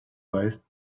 weißt